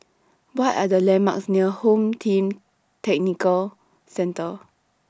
What Are The landmarks near Home Team Tactical Centre